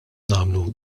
nagħmlu